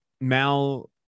Mal